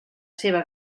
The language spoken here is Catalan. seva